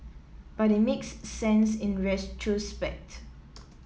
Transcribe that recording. but it makes sense in retrospect